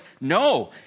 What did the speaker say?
no